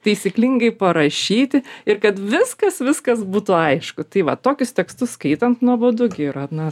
taisyklingai parašyti ir kad viskas viskas būtų aišku tai va tokius tekstus skaitant nuobodu gi yra na